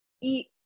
eat